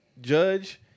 judge